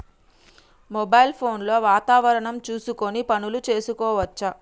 Mobile phone లో వాతావరణం చూసుకొని పనులు చేసుకోవచ్చా?